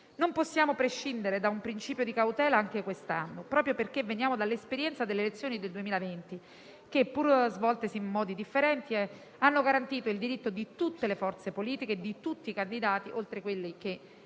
Non possiamo prescindere da un principio di cautela neanche quest'anno, proprio perché veniamo dall'esperienza delle elezioni del 2020 che, pur svoltesi in modi differenti, hanno garantito il diritto di tutte le forze politiche e di tutti i candidati, oltre che